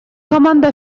команда